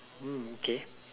mm okay